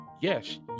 Yes